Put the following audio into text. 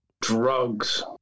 drugs